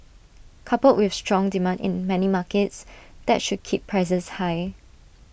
coupled with strong demand in many markets that should keep prices high